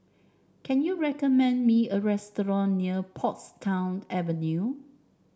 can you recommend me a restaurant near Portsdown Avenue